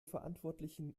verantwortlichen